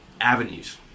avenues